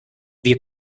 wir